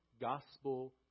gospel